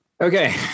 okay